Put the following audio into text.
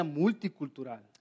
multicultural